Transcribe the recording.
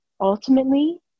ultimately